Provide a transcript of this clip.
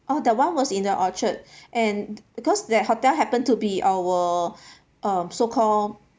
oh that one was in the orchard and because that hotel happened to be our um so called